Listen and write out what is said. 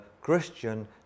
Christian